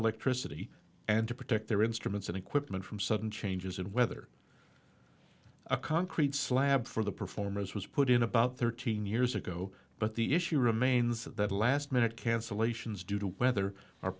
electricity and to protect their instruments and equipment from sudden changes and whether a concrete slab for the performers was put in about thirteen years ago but the issue remains that the last minute cancellations due to weather